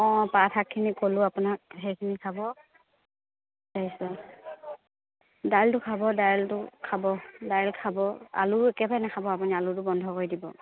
অঁ পাতশাকখিনি ক'লোঁ আপোনাক সেইখিনি খাব তাৰপিছত দাইলটো খাব দাইলটো খাব দাইল খাব আলু একেবাৰে নেখাব আপুনি আলুটো বন্ধ কৰি দিব